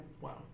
wow